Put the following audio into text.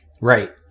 Right